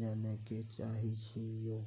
जानय के चाहेछि यो?